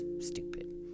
stupid